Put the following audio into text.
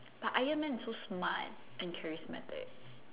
but iron man is so smart and charismatic